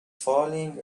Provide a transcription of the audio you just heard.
falling